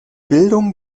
bildung